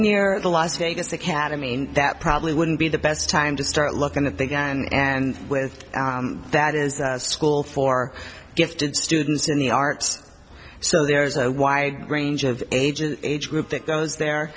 near the las vegas academy and that probably wouldn't be the best time to start looking at the gun and with that is a school for gifted students in the arts so there's a wide range of ages age group that goes there